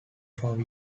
five